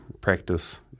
practice